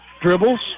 Dribbles